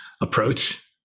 approach